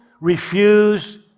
refuse